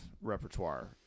repertoire